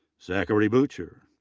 zachary boocher.